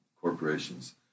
corporations